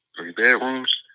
Three-bedrooms